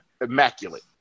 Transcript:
immaculate